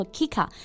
Kika